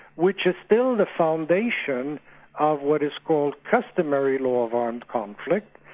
which is still the foundation of what is called customary law of armed conflict,